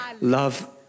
love